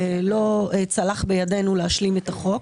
ולא צלח בידינו להשלים את החוק.